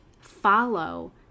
follow